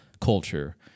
culture